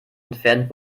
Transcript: entfernt